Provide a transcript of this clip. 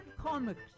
comics